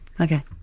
Okay